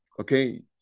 okay